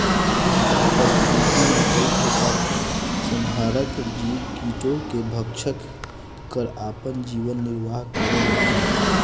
प्रकृति मे कई प्रकार के संहारक जीव कीटो के भक्षन कर आपन जीवन निरवाह करेला का?